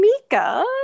Mika